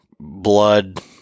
blood